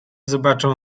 zobaczą